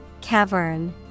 Cavern